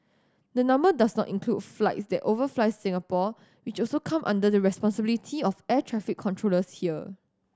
the number does not include flights that overfly Singapore which also come under the responsibility of air traffic controllers here